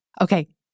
Okay